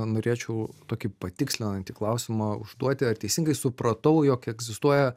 norėčiau tokį patikslinantį klausimą užduoti ar teisingai supratau jog egzistuoja